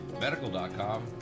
medical.com